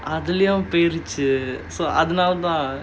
அதுலயும் போயிருச்சு அதுனால தான்:athulaiyum poyiruchi athunaala thaan